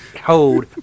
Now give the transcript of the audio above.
hold